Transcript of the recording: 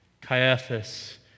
Caiaphas